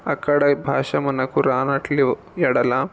అక్కడి భాష మనకు రాని యెడల